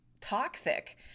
toxic